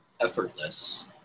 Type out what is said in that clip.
effortless